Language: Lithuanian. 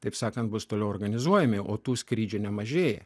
taip sakant bus toliau organizuojami o tų skrydžių nemažėja